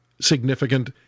significant